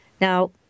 Now